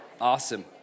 Awesome